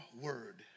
word